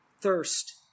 Thirst